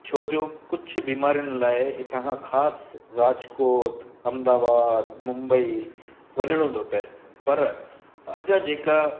छो जो कुझु बीमारियुनि लाइ हितां खां ख़ासि राजकोट अहमदाबाद मुंबई वञिणो थो पिए पर अञा जेका